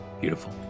Beautiful